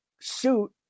suit